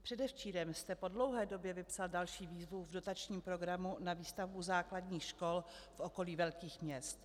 Předevčírem jste po dlouhé době vypsal další výzvu v dotačním programu na výstavbu základních škol v okolí velkých měst.